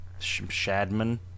Shadman